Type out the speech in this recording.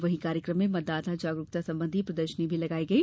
वहीं कार्यक्रम में मतदाता जागरूकता संबंधी प्रदशर्नी भी लगाई गई